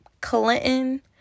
Clinton